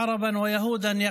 ערבים ויהודים,